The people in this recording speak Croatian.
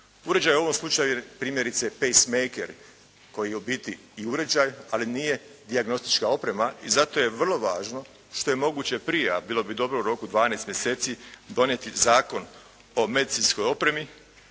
Uređaj je u ovom slučaju primjerice pacemaker koji je u biti i uređaj, ali nije dijagnostička oprema i zato je vrlo važno što je moguće prije, a bilo bi dobro u roku 12 mjeseci donijeti Zakon o medicinskoj opremi